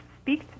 speak